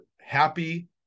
happy